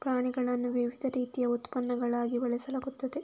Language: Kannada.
ಪ್ರಾಣಿಗಳನ್ನು ವಿವಿಧ ರೀತಿಯ ಉತ್ಪನ್ನಗಳಿಗಾಗಿ ಬೆಳೆಸಲಾಗುತ್ತದೆ